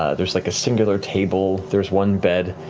ah there's like a singular table. there's one bed.